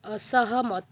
ଅସହମତ